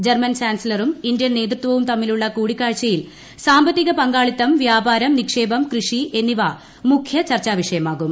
German ചാൻസിലറും Indian നേതൃത്വവും തമ്മിലുള്ള കൂടിക്കാഴ്ചയിൽ സാമ്പത്തിക പങ്കാളിത്തം വ്യാപാരം നിക്ഷേപം കൃഷി എന്നിവ മുഖ്യ ചർച്ചാ വിഷയമാകും